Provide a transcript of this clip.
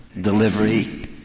delivery